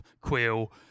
Quill